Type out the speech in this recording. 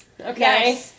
Okay